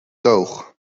toog